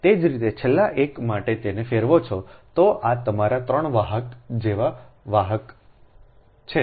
તે જ રીતે છેલ્લા એક માટે તમે તેને ફેરવો છો આ તમારા 3 વાહક જેવા વાહક છે